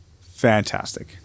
fantastic